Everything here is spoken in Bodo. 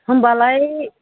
होमबालाय